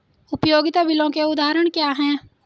उपयोगिता बिलों के उदाहरण क्या हैं?